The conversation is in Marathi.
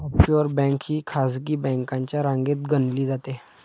ऑफशोअर बँक ही खासगी बँकांच्या रांगेत गणली जाते